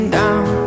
down